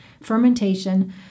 Fermentation